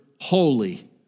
holy